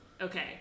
Okay